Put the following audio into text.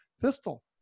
pistol